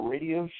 Radio